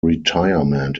retirement